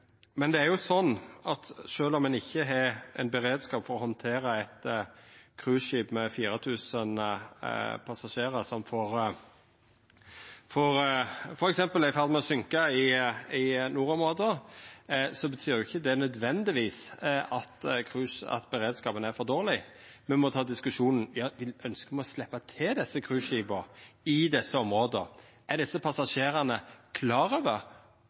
om ein ikkje har beredskap for å handtere eit cruiseskip med 4 000 passasjerar som f.eks. er i ferd med å søkke i nordområda, betyr jo ikkje det nødvendigvis at beredskapen er for dårleg. Me må ta diskusjonen om me ønskjer å sleppa til desse cruiseskipa i desse områda. Er desse passasjerane